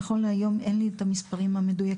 נכון להיום אין לי את המספרים המדויקים,